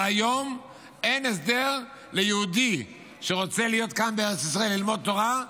אבל היום אין הסדר ליהודי שרוצה להיות כאן בארץ ישראל וללמוד תורה,